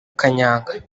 kanyanga